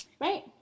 Right